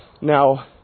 Now